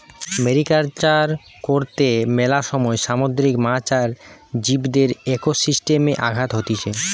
mariculture কর্তে মেলা সময় সামুদ্রিক মাছ আর জীবদের একোসিস্টেমে আঘাত হতিছে